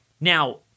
Now